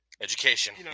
education